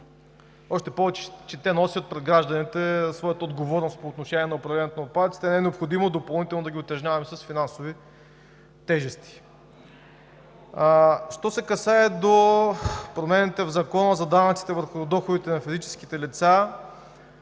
Още повече че те носят пред гражданите своята отговорност по отношение управлението на отпадъците, не е необходимо допълнително да ги утежняваме с финансови тежести. Що се касае до промените в Закона за данъците върху доходите на физическите лица,